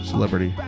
Celebrity